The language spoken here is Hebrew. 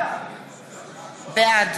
בעד